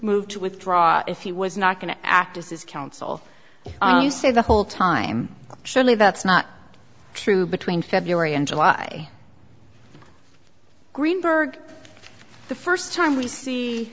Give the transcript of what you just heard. moved to withdraw if he was not going to act as his counsel to say the whole time surely that's not true between february and july greenberg the first time we see